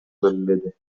белгиледи